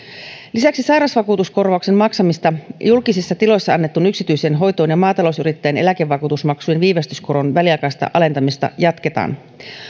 lisäksi sairausvakuutuskorvauksen maksamista julkisissa tiloissa annettuun yksityiseen hoitoon ja maatalousyrittäjien eläkevakuutusmaksujen viivästyskoron väliaikaista alentamista jatketaan